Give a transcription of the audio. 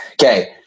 okay